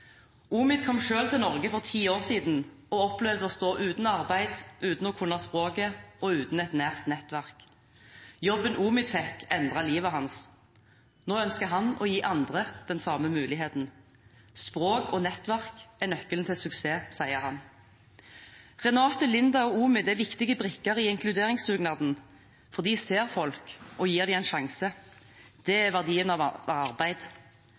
til Norge for ti år siden og opplevde å stå uten arbeid, uten å kunne språket og uten et nært nettverk. Jobben Umid fikk, endret livet hans. Nå ønsker han å gi andre den samme muligheten. Språk og nettverk er nøkkelen til suksessen, sier han. Renate, Linda og Umid er viktige brikker i inkluderingsdugnaden. De ser folk og gir dem en sjanse. Det er verdien av arbeid.